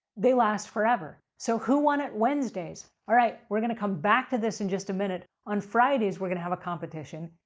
they last forever. so, who won it wednesdays. all right, we're going to come back to this in just a minute. on fridays, we're going to have a competition.